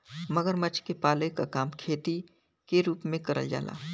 मगरमच्छ के पाले क काम खेती के रूप में करल जाला